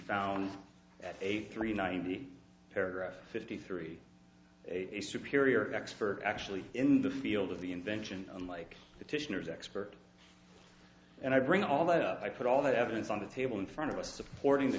found at eighty three ninety paragraph fifty three a superior expert actually in the field of the invention unlike petitioners expert and i bring all that up i put all the evidence on the table in front of us supporting the